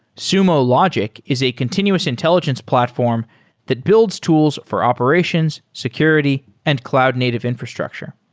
sumo logic is a continuous intelligence platform that builds tools for operations, security and cloud native infrastructure.